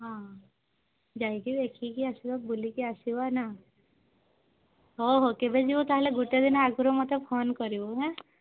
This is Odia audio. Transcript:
ହଁ ଯାଇକି ଦେଖିକି ଆସିବା ବୁଲିକି ଆସିବା ନା ହେଉ ହେଉ କେବେ ଯିବ ତା'ହେଲେ ଗୋଟେ ଦିନ ଆଗରୁ ମୋତେ ଫୋନ୍ କରିବୁ ଆଁ